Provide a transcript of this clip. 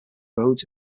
roads